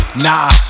Nah